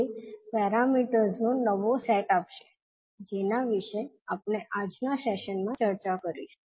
તે પેરામીટર્સનો નવો સેટ આપશે જેના વિશે આપણે આજના સેશનમાં ચર્ચા કરીશું